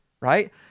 Right